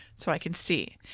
so i can see.